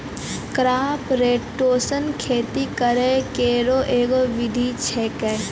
crop rotation खेती करै केरो एगो विधि छिकै